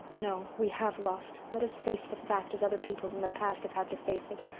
no, we have lost let us face the fact as other peoples in the past have had to face it.